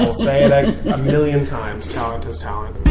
say it a million times. talent is talent.